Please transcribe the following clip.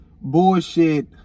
bullshit